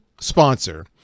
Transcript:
sponsor